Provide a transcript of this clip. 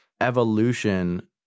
evolution